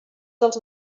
dels